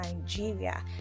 Nigeria